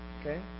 Okay